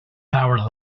powered